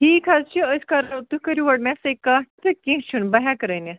ٹھِیٖک حَظ چھُ أسۍ کرو تُہۍ کٔرِو حظ گۄڈٕ مےٚ سۭتۍ کَتھ تہٕ کینٛہہ چھُ نہٕ بہٕ ہیٚکہٕ رٔنِتھ